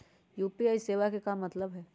UPI सेवा के का मतलब है?